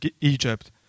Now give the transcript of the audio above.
Egypt